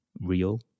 real